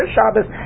Shabbos